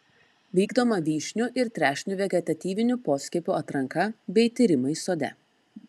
vykdoma vyšnių ir trešnių vegetatyvinių poskiepių atranka bei tyrimai sode